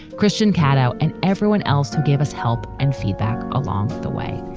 christian catoe and everyone else to give us help and feedback along the way.